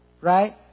Right